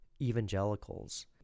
evangelicals